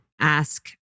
ask